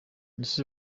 ese